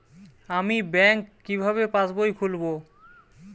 আমি ব্যাঙ্ক কিভাবে পাশবই খুলব?